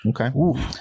Okay